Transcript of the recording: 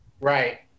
Right